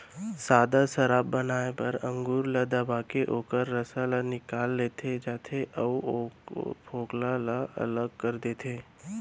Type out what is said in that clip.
सादा सराब बनाए बर अंगुर ल दबाके ओखर रसा ल निकाल ले जाथे अउ फोकला ल अलग कर देथे